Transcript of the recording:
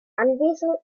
anwesenden